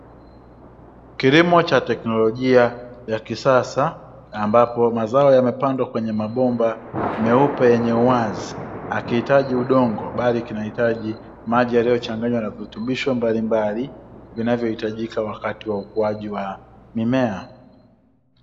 Kilimo cha kiteknolojia ya kisasa ambapo mazao yamepandwa kwenye mabomba meupe yenye uwazi, akihitaji udongo bali kinahitaji maji yaliyochanganywa na virutubisho mbalimbali vinavyohitajika wakati wa ukuaji wa mimea.